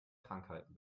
krankheiten